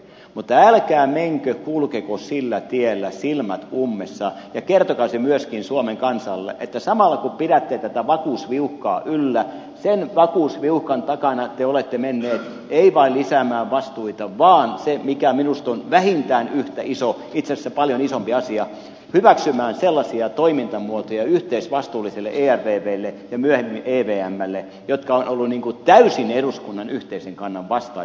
mutta älkää menkö kulkeko sillä tiellä silmät ummessa ja kertokaa se myöskin suomen kansalle että samalla kun pidätte tätä vakuusviuhkaa yllä sen vakuusviuhkan takana te olette menneet ei vain lisäämään vastuita vaan myös mikä minusta on vähintään yhtä iso itse asiassa paljon isompi asia hyväksymään sellaisia toimintamuotoja yhteisvastuulliselle ervvlle ja myöhemmin evmlle jotka ovat olleet täysin eduskunnan yhteisen kannan vastaisia kantoja